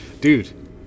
dude